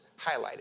highlighted